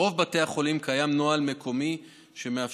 ברוב בתי החולים קיים נוהל מקומי שמאפשר